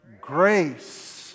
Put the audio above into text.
grace